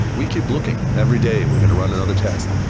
we keep looking. every day, we're going to run another test.